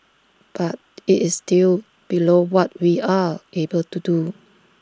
but IT is still below what we are able to do